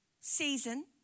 season